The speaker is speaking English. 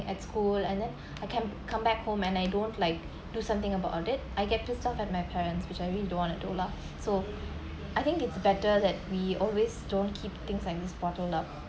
at school and then I can come back home and I don't like do something about it I get pissed off at my parents which I really don't want to do lah so I think it's better that we always don't keep things like this bottled up